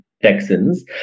Texans